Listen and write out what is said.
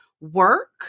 work